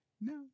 No